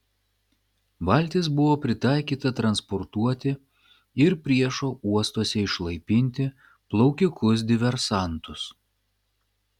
valtis buvo pritaikyta transportuoti ir priešo uostuose išlaipinti plaukikus diversantus